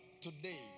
today